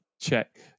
Check